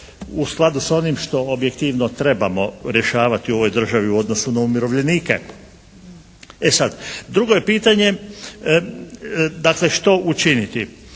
u skladu sa onim što objektivno trebamo rješavati u ovoj državi u odnosu na umirovljenike. E sad, drugo je pitanje dakle što učiniti.